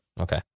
Okay